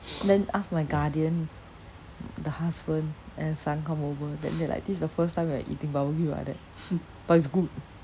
then ask my guardian the husband and son come over and then like this is the first time we are eating barbeque like that but it's good